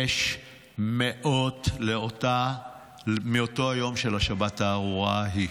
600 מאותו היום של השבת הארורה ההיא.